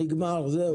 נגמר, זהו.